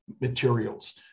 materials